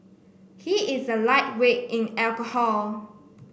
he is a lightweight in alcohol